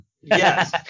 Yes